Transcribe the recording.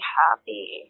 happy